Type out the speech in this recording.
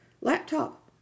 laptop